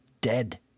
dead